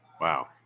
Wow